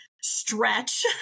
stretch